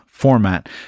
format